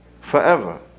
forever